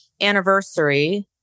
anniversary